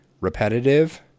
Repetitive